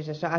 asiassa